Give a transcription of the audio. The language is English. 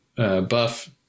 Buff